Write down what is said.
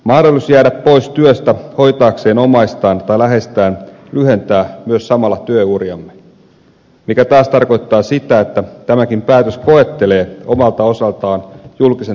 mahdollisuus jäädä pois työstä hoitaakseen omaistaan tai läheistään lyhentää myös samalla työuriamme mikä taas tarkoittaa sitä että tämäkin päätös koettelee omalta osaltaan julkisen talouden kestävyyttä